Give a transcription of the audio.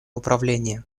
управление